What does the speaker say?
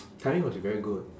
timing must be very good